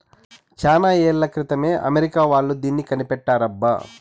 చానా ఏళ్ల క్రితమే అమెరికా వాళ్ళు దీన్ని కనిపెట్టారబ్బా